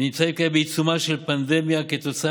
נמצא כעת בעיצומה של פנדמיה כתוצאה